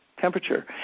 temperature